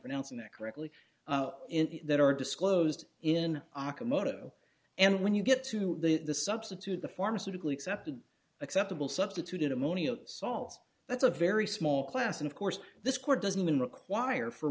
pronouncing that correctly in that are disclosed in aka moto and when you get to the substitute the pharmaceutical accepted acceptable substitute ammonium salts that's a very small class and of course this court doesn't even require for